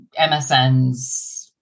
MSNs